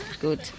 Good